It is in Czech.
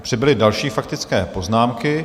Přibyly další faktické poznámky.